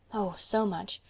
oh, so much.